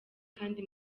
kandi